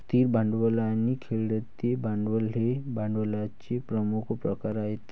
स्थिर भांडवल आणि खेळते भांडवल हे भांडवलाचे प्रमुख प्रकार आहेत